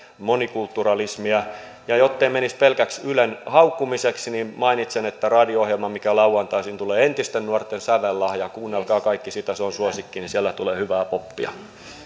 monikulturalismia ja jottei menisi pelkäksi ylen haukkumiseksi niin mainitsen että sitä radio ohjelmaa mikä lauantaisin tulee entisten nuorten sävellahja kuunnelkaa kaikki se on suosikkini sieltä tulee hyvää poppia